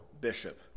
bishop